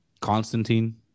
Constantine